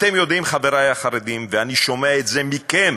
אתם יודעים, חברי החרדים, ואני שומע את זה מכם,